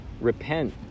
Repent